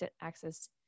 access